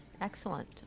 excellent